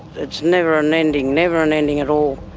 it's never an ending, never an ending at all.